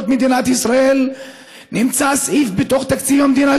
מדינת ישראל נמצא סעיף בתוך תקציב המדינה,